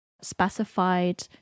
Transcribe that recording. specified